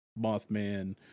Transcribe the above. Mothman